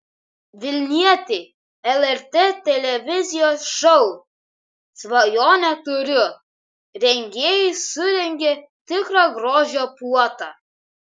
vilnietei lrt televizijos šou svajonę turiu rengėjai surengė tikrą grožio puotą